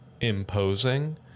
imposing